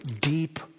deep